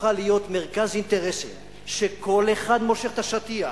הפכה להיות מרכז אינטרסים שכל אחד מושך את השטיח